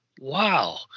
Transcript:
wow